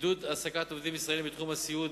עידוד העסקת עובדים ישראלים בתחום הסיעוד,